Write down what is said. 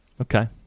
Okay